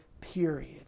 period